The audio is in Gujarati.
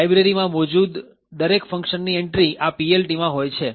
લાઇબ્રેરીમાં મોજુદ દરેક ફંકશનની એન્ટ્રી આ PLT માં હોય છે